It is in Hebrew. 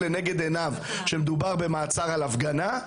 לנגד עיניו שמדובר במעצר על הפגנה,